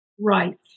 Right